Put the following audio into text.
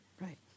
Right